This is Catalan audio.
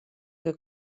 que